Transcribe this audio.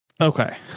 Okay